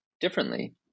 differently